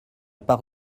par